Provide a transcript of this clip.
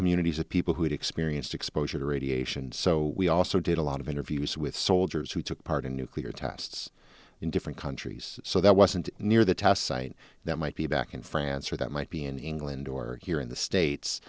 communities of people who had experienced exposure to radiation so we also did a lot of interviews with soldiers who took part in nuclear tests in different countries so that wasn't near the test site that might be back in france or that might be in england or here in the states